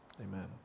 Amen